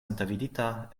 antaŭvidita